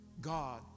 God